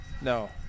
No